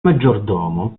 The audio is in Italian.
maggiordomo